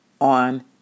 on